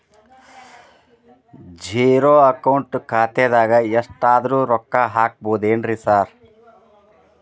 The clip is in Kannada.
ಝೇರೋ ಅಕೌಂಟ್ ಖಾತ್ಯಾಗ ಎಷ್ಟಾದ್ರೂ ರೊಕ್ಕ ಹಾಕ್ಬೋದೇನ್ರಿ ಸಾರ್?